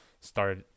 start